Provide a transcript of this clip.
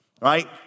right